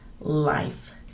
life